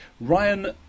Ryan